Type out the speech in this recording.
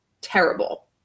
terrible